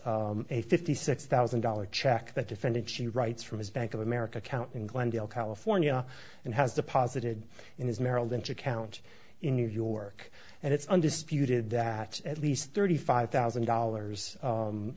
a fifty six thousand dollars check that defendant she writes from his bank of america count in glendale california and has deposited in his merrill lynch account in new york and it's undisputed that at least thirty five thousand dollars